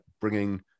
bringing